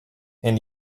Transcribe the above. and